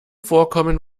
vorkommen